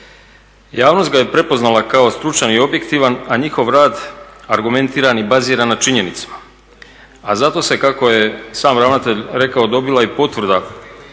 Javnost ga je prepoznala kao stručan i objektivan, a njihov rad argumentiran i baziran na činjenicama, a zato se kako je sam ravnatelj rekao dobila i potvrda